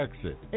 exit